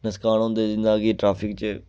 नसकान होंदे जियां कि ट्रैफिक च